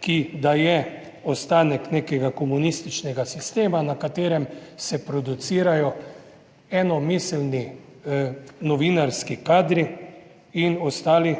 ki da je ostanek nekega komunističnega sistema, na katerem se producirajo eno miselni novinarski kadri in ostali,